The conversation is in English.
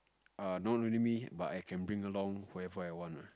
err not really me but I can bring along whoever I want